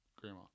grandma